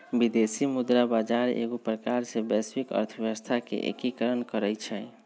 विदेशी मुद्रा बजार एगो प्रकार से वैश्विक अर्थव्यवस्था के एकीकरण करइ छै